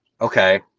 okay